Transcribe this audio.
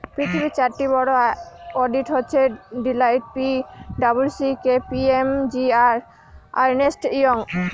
পৃথিবীর চারটি বড়ো অডিট হচ্ছে Deloitte P W C K P M G আর আর্নেস্ট ইয়ং